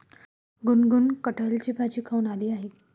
गुनगुन कठहलची भाजी खाऊन आली आहे